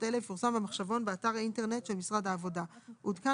אלה יפורסם במחשבון באתר האינטרנט של משרד העבודה; עודכן